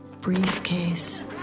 briefcase